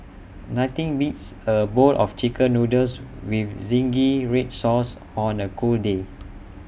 nothing beats A bowl of Chicken Noodles with Zingy Red Sauce on A cold day